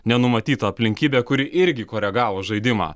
nenumatyta aplinkybė kuri irgi koregavo žaidimą